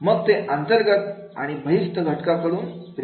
मग ते अंतर्गत आणि बहिस्त घटकांकडून प्रेरित होत असतात